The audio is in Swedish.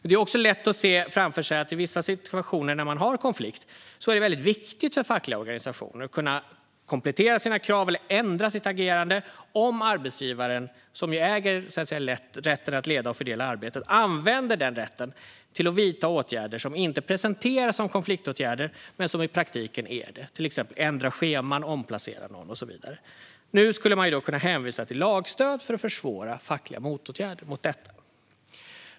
Det är också lätt att se framför sig att det i vissa konfliktsituationer är väldigt viktigt för fackliga organisationer att kunna komplettera sina krav eller ändra sitt agerande om arbetsgivaren, som ju äger rätten att leda och fördela arbetet, använder denna rätt till att vidta åtgärder som inte presenteras som konfliktåtgärder men som i praktiken är det. Det kan till exempel handla om att ändra scheman eller att omplacera någon. Nu skulle man kunna hänvisa till lagstöd för att försvåra fackliga åtgärder mot detta.